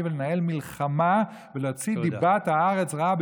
ולנהל מלחמה ולהוציא דיבת הארץ רעה,